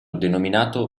denominato